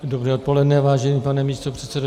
Dobré odpoledne, vážený pane místopředsedo.